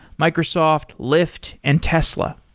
microsoft, lyft and tesla.